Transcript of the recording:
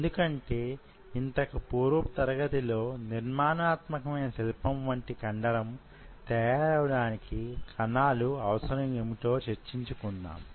ఎందుకంటే యింతకు పూర్వపు తరగతిలో నిర్మాణాత్మకమైన శిల్పం వంటి కండరం తయారవడానికి కణాల అవసరం యేమిటో చర్చించుకున్నాము